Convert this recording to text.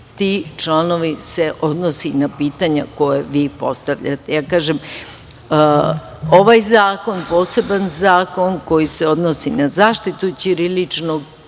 ti članovi se odnose na pitanja koja vi postavljate. Kažem, ovaj zakon, poseban zakon koji se odnosi na zaštitu ćiriličnog